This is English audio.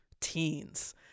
teens